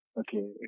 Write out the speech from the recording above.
Okay